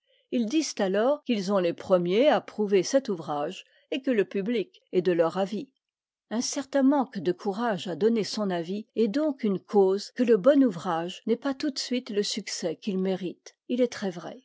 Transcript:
ils disent alors qu'ils ont les premiers approuvé cet ouvrage et que le public est de leur avis un certain manque de courage à donner son avis est donc une cause que le bon ouvrage n'ait pas tout de suite le succès qu'il mérite il est très vrai